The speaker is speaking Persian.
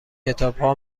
کتابها